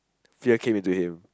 fear came into him